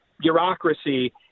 bureaucracy